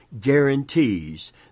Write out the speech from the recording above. guarantees